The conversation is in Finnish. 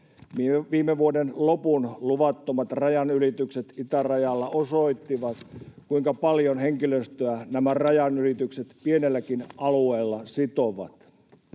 Viime vuoden lopun luvattomat rajanylitykset itärajalla osoittivat, kuinka paljon henkilöstöä nämä rajanylitykset pienelläkin alueella sitovat.